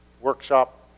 workshop